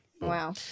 Wow